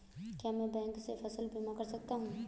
क्या मैं बैंक से फसल बीमा करा सकता हूँ?